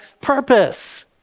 purpose